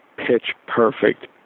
pitch-perfect